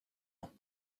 ans